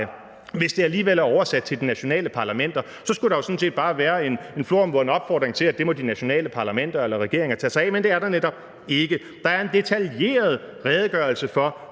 hvis det alligevel er oversat til de nationale parlamenter? For så skulle der sådan set bare være en floromvunden opfordring til, at det må de nationale parlamenter eller regeringer tage sig af, men det er der netop ikke. Der er en detaljeret redegørelse for,